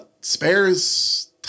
Spares